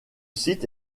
site